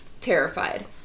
terrified